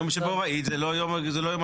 יום שבו ראית זה לא יום הבנייה.